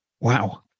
Wow